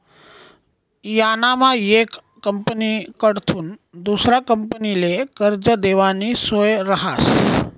यानामा येक कंपनीकडथून दुसरा कंपनीले कर्ज देवानी सोय रहास